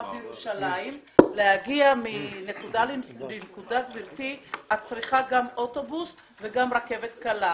בירושלים להגיע מנקודה לנקודה צריך גם אוטובוס וגם רכבת קלה,